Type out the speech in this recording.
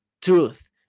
truth